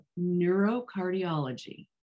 neurocardiology